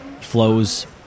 flows